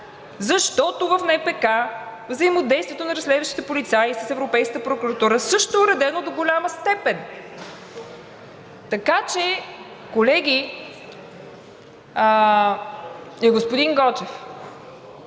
„защото в НПК взаимодействието на разследващите полицаи с Европейската прокуратура също е уредено до голяма степен“. Така че, колеги, и господин Гочев,